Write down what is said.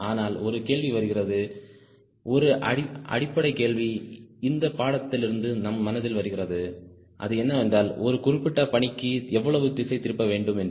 ஆனால் ஒரு கேள்வி வருகிறது ஒரு அடிப்படைக் கேள்வி இந்த பாடத்திலிருந்து நம் மனதில் வருகிறது அது என்னவென்றால் ஒரு குறிப்பிட்ட பணிக்கு எவ்வளவு திசை திருப்பப்பட வேண்டும் என்று